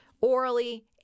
orally